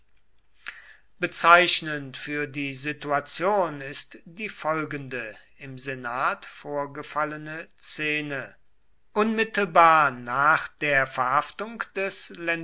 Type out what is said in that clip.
bezeichnend für die situation ist die folgende im senat vorgefallene szene unmittelbar nach der verhaftung des